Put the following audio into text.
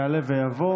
יעלה ויבוא.